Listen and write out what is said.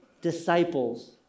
disciples